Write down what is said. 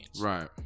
Right